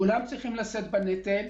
כולם צריכים לשאת בנטל,